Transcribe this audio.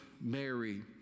Mary